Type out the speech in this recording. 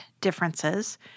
differences